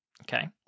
Okay